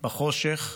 בחושך,